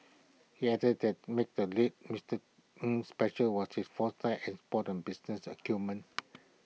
he added that made the late Mister Ng special was his foresight and spoton business acumen